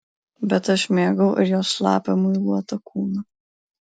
bet aš mėgau ir jos šlapią muiluotą kūną